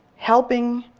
helping,